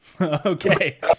Okay